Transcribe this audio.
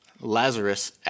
Lazarus